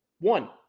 One